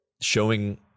showing